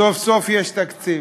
סוף-סוף יש תקציב.